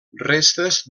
restes